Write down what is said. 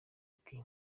ati